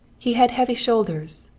he had heavy shoulders,